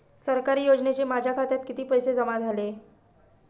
सरकारी योजनेचे माझ्या खात्यात किती पैसे जमा झाले?